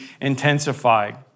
intensified